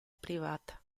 privata